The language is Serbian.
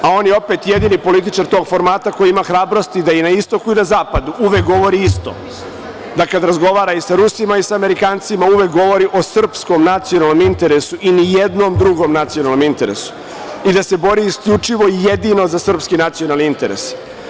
A, on je opet jedini političar tog formata koji ima hrabrosti da i na istoku i na zapadu uvek govori isto, da kada razgovara i sa Rusima i sa Amerikancima uvek govori o srpskom nacionalnom interesu i nijednom drugom nacionalnom interesu, i da se bori isključivo i jedino za srpski nacionalni interes.